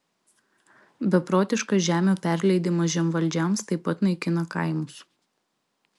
beprotiškas žemių perleidimas žemvaldžiams taip pat naikina kaimus